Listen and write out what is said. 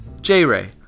J-Ray